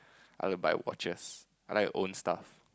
I want to buy watches I like to own stuff